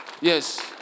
Yes